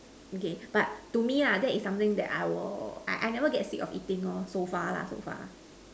okay but to me lah it's something I never get sick of eating so far so far